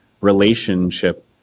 relationship